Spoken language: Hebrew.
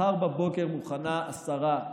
מחר בבוקר מוכנה השרה,